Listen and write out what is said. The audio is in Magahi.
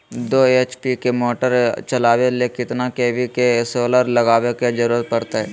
दो एच.पी के मोटर चलावे ले कितना के.वी के सोलर लगावे के जरूरत पड़ते?